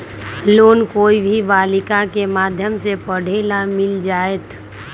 Loan कोई भी बालिका के माध्यम से पढे ला मिल जायत?